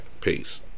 Peace